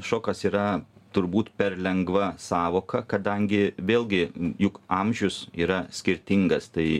šokas yra turbūt per lengva sąvoka kadangi vėlgi juk amžius yra skirtingas tai